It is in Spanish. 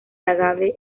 agave